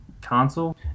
console